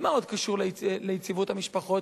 מה עוד קשור ליציבות המשפחות?